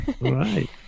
Right